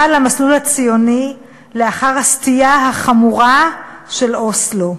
למסלול הציוני לאחר הסטייה החמורה של אוסלו.